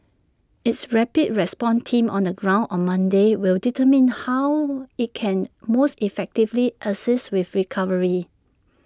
its rapid response team on the ground on Monday will determine how IT can most effectively assist with recovery